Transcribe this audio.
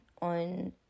on